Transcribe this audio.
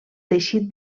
teixit